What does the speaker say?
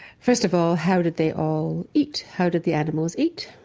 first of all, how did they all eat? how did the animals eat?